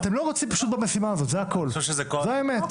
אתם לא רוצים במשימה הזאת, זה הכול, זו האמת.